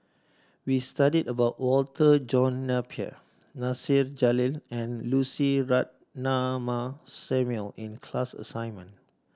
we studied about Walter John Napier Nasir Jalil and Lucy Ratnammah Samuel in class assignment